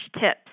tips